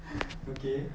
okay